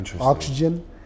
oxygen